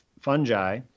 fungi